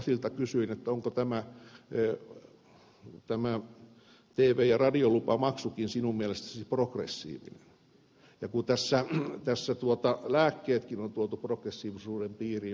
sasilta kysyin onko tv ja radiolupamaksukin sinun mielestäsi progressiivinen kun tässä lääkkeetkin on tuotu progressiivisuuden piiriin